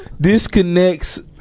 Disconnects